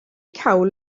cawl